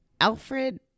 Alfred